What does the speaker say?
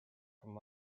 from